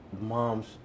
moms